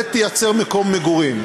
ותייצר מקום מגורים.